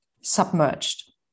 submerged